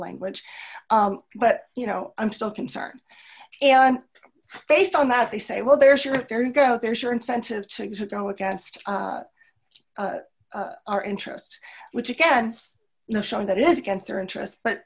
language but you know i'm still concerned and based on that they say well there's your there you go there's your incentive to go against our interest which again you know showing that is against their interests but